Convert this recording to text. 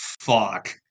fuck